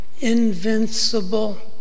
invincible